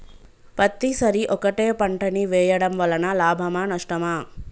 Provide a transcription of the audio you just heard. పత్తి సరి ఒకటే పంట ని వేయడం వలన లాభమా నష్టమా?